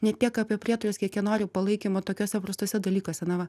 ne tiek apie prietarus kiek jie nori palaikymo tokiuose paprastuose dalykuose na va